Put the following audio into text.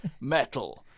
Metal